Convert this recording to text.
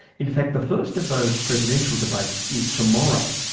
in fact the first of those presidential debates is tomorrow.